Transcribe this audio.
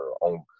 on